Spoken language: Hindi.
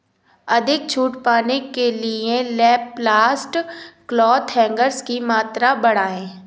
अधिक छूट पाने के लिए लैपलास्ट क्लॉथ हैंगर्स की मात्रा बढ़ाएँ